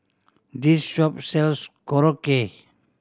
this shop sells Korokke